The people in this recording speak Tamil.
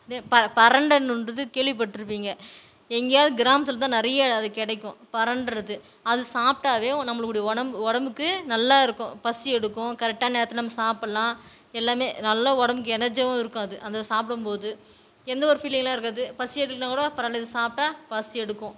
அதே ப பரண்டனுன்றது கேள்விப்பட்டிருப்பீங்க எங்கேயாவது கிராமத்தில் தான் நிறைய அது கிடைக்கும் பரண்டைறது அது சாப்பிட்டாவே நம்மளுக்கு உடம்பு உடம்புக்கு நல்லா இருக்கும் பசி எடுக்கும் கரெக்டான நேரத்தில் நம்ம சாப்பிட்லாம் எல்லாமே நல்ல உடம்புக்கு எனர்ஜியாகவும் இருக்கும் அது அதை சாப்டும் போது எந்த ஒரு ஃபீலிங்கெலாம் இருக்காது பசி எடுக்கலைன்னா கூட பரவாயில்ல இது சாப்பிட்டா பசி எடுக்கும்